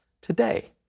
today